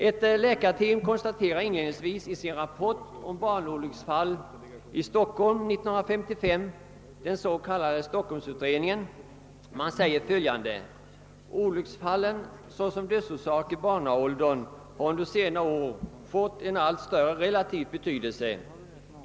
Ett läkarteam konstaterar inledningsvis i sin rapport om barnolycksfall i Stockholm 1955, den s.k. Stockholmsundersökningen, bl.a. följande: »Olycksfallen såsom dödsorsak i barnaåldern har under senare år fått en allt större relativ betydelse.